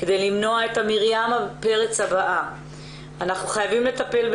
כדי למנוע את מרים פרץ הבאה אנחנו חייבים לטפל.